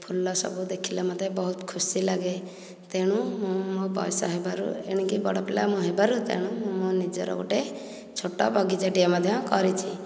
ଫୁଲସବୁ ଦେଖିଲେ ମୋତେ ବହୁତ ଖୁସି ଲାଗେ ତେଣୁ ମୁଁ ମୋ ବୟସ ହେବାରୁ ଏଣିକି ବଡ଼ପିଲା ମୁଁ ହେବାରୁ ତେଣୁ ମୁଁ ମୋ ନିଜର ଗୋଟିଏ ଛୋଟ ବଗିଚା ଟିଏ ମଧ୍ୟ କରିଛି